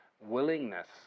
willingness